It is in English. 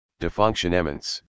defunctionements